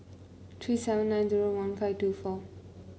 three seven nine zero one five two four